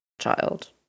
child